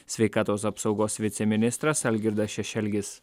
sveikatos apsaugos viceministras algirdas šešelgis